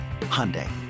Hyundai